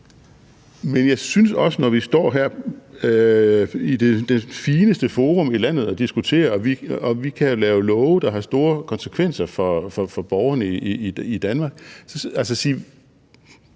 når vi står her i det fineste forum i landet og diskuterer – og vi kan jo lave love, der har store konsekvenser for borgerne i Danmark